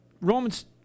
Romans